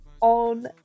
on